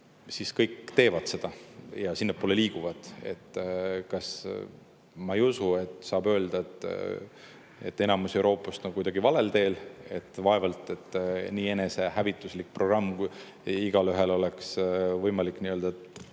siis kõik teevad seda ja sinnapoole liiguvad. Ma ei usu, et saab öelda, et suurem osa Euroopast on kuidagi valel teel. Vaevalt et nii enesehävituslik programm igaühel oleks võimalik teha